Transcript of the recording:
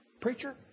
preacher